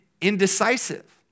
indecisive